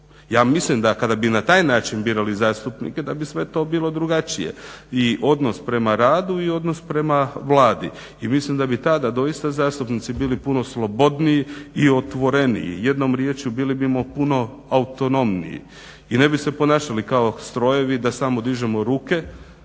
Ja mislim da kada bi na taj način birali zastupnike, da bi sve to bilo drugačije i odnos prema radu i odnos prema Vladi. I mislim da bi tada doista zastupnici bili puno slobodniji i otvoreniji. Jednom riječju bili bimo puno autonomniji i ne bi se ponašali kao strojevi da samo dižemo ruke,